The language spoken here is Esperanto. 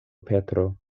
petro